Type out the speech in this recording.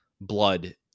blood